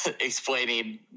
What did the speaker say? explaining